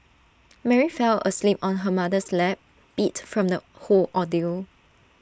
Mary fell asleep on her mother's lap beat from the whole ordeal